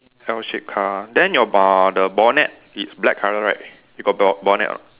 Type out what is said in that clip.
L shape car then your bo~ the bonnet is black colour right you got bo~ bonnet or not